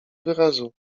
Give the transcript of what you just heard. wyrazu